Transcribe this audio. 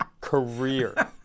career